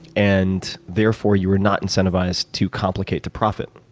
and therefore, you were not incentivized to complicate the profit.